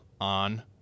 on